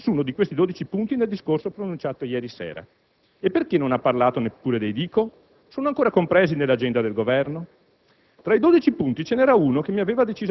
Sono peraltro rimasto stupito di non aver sentito parlare di nessuno di questi dodici punti nel discorso pronunciato ieri sera. E perché non ha parlato neppure dei Dico? Sono ancora compresi nell'agenda del Governo?